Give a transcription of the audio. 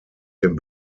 dem